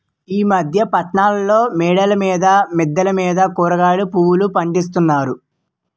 ఈ మధ్య పట్టణాల్లో మేడల మీద మిద్దెల మీద కూరగాయలు పువ్వులు పండిస్తున్నారు